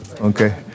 Okay